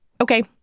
Okay